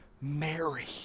Mary